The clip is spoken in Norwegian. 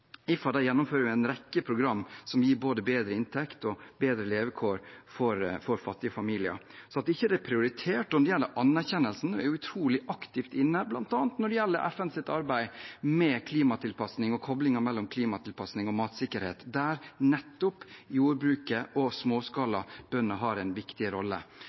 gjennomfører en rekke programmer som gir både bedre inntekt og bedre levekår for fattige familier. Så til at dette ikke er prioritert, og når det gjelder anerkjennelse: Vi er jo utrolig aktivt inne bl.a. når det gjelder FNs arbeid med klimatilpasning og koblingen mellom klimatilpasning og matsikkerhet, der nettopp jordbruket og småskalabønder har en viktig rolle.